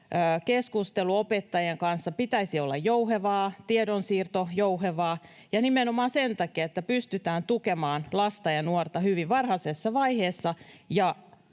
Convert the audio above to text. opettajien kanssa pitäisi olla jouhevaa, tiedonsiirron jouhevaa — ja nimenomaan sen takia, että pystytään tukemaan lasta ja nuorta hyvin varhaisessa vaiheessa